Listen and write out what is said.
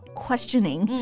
questioning，